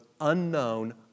unknown